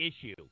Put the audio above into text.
issue